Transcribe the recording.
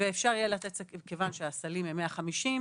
וכיוון שהסלים הם 150,